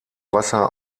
wasser